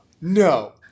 no